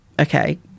okay